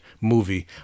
movie